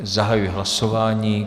Zahajuji hlasování.